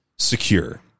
Secure